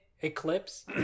Eclipse